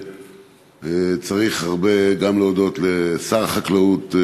שצריך הרבה להודות גם לשר החקלאות,